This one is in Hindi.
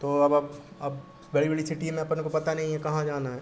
तो अब आप अब बड़ी बड़ी सिटी में अपन को पता नहीं है कहाँ जाना है